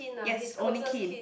yes he's only kin